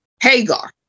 Hagar